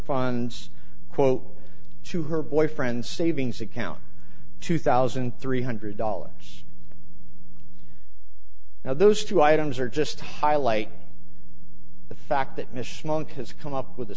funds quote to her boyfriend savings account two thousand three hundred dollars now those two items are just highlight the fact that